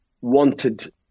wanted